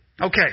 Okay